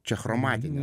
čia chromatinė